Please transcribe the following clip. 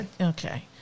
Okay